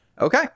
Okay